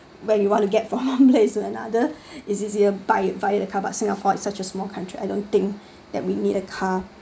when you want to get from one place to another is easier by via the car but singapore is such a small country I don't think that we need a car